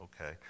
okay